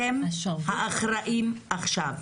אתם האחראים עכשיו.